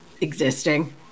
existing